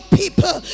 people